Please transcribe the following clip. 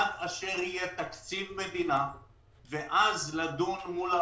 עד אשר יהיה תקציב מדינה ואז לדון עם משרד